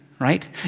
right